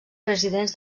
presidents